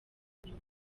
nyuma